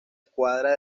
escuadra